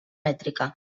mètrica